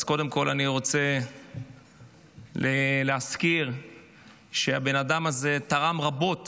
אז קודם כול אני רוצה להזכיר שהבן אדם הזה תרם רבות